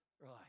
Right